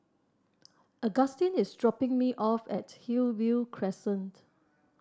Augustin is dropping me off at Hillview Crescent